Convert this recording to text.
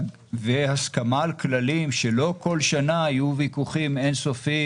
והסכמה על כללים שלא כל שנה יהיו ויכוחים אינסופיים